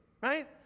Right